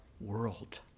world